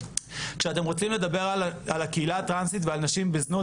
כשאתם רוצים לדבר על הקהילה הטרנסית ועל נשים בזנות,